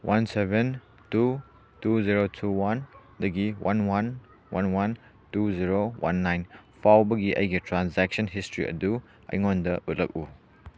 one seven two two zero two ꯋꯥꯟꯗꯒꯤ one one one one two zero one nine ꯐꯥꯎꯕꯒꯤ ꯑꯩꯒꯤ transaction history ꯑꯗꯨ ꯑꯩꯉꯣꯟꯗ ꯎꯠꯂꯛꯎ